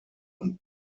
und